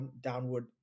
downward